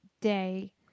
day